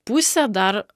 pusė dar